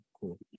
Cool